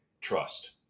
trust